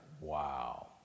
wow